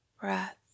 breath